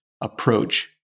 approach